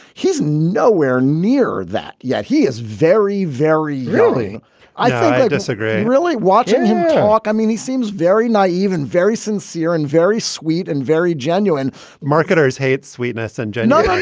he's nowhere near that yet. he is very, very really i disagree really watching him talk. i mean, he seems very nice, even very sincere and very sweet and very genuine marketers hate sweetness and joy. and